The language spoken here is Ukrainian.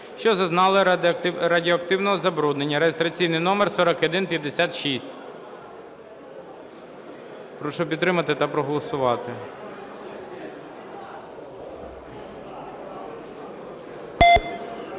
що зазнали радіоактивного забруднення (реєстраційний номер 4156). Прошу підтримати та проголосувати.